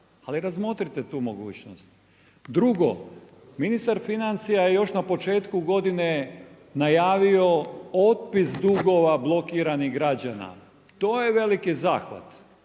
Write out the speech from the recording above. Ali razmotrite tu mogućnost. Drugo, ministar financija je još na početku godine najavio otpis dugova blokiranih građana, to je veliki zahvat.